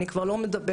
אני כבר לא מדברת,